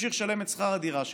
ימשיך לשלם את שכר הדירה שלו,